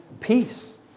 peace